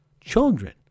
children